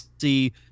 see